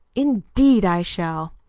indeed, i shall!